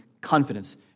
confidence